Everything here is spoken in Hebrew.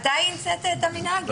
אתה המצאת את המנהג?